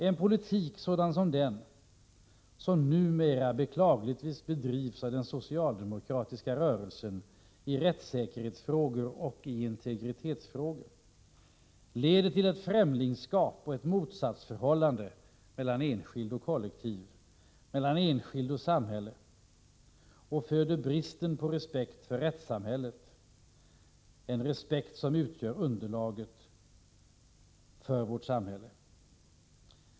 En politik sådan som den som numera beklagligtvis bedrivs av den socialdemokratiska rörelsen i rättssäkerhetsfrågor och i integritetsfrågor leder till ett främlingskap och ett motsatsförhållande mellan enskild och kollektiv, mellan enskild och samhälle, och föder brist på den respekt för rättssamhället som utgör underlaget för vårt samhälle.